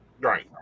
Right